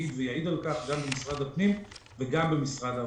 יעיד על כך, גם במשרד הפנים וגם במשרד האוצר.